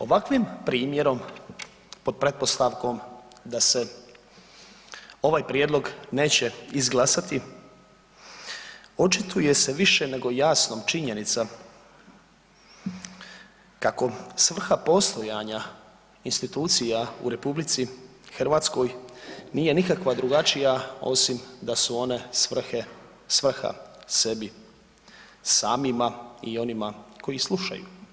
Ovakvim primjerom pod pretpostavkom da se ovaj prijedlog neće izglasati očituje se više nego jasnom činjenica kako svrha postojanja institucija u RH nije nikakva drugačija osim da su one svrha sebi samima i onima koji slušaju.